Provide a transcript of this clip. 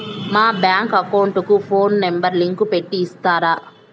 మా bank account కు phone number link పెట్టి ఇస్తారా?